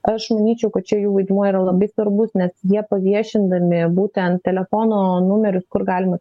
aš manyčiau kad čia jų vaidmuo yra labai svarbus nes jie paviešindami būtent telefono numerius kur galima